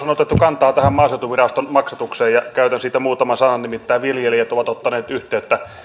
on otettu kantaa tähän maaseutuviraston maksatukseen ja käytän siitä muutaman sanan nimittäin viljelijät ovat ottaneet yhteyttä